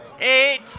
eight